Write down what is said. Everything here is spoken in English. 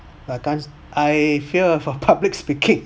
I can't I fear for public speaking